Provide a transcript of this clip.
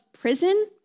prison